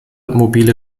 mobile